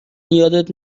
یادت